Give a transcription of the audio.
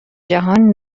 جهان